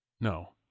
No